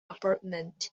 apartment